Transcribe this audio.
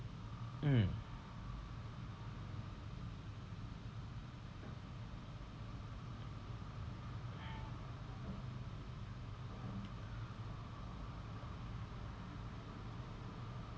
mm